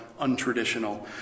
untraditional